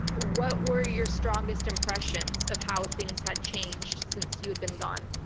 what were your strongest impressions of how things had changed since you had been gone?